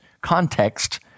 Context